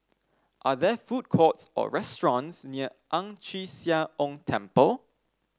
are there food courts or restaurants near Ang Chee Sia Ong Temple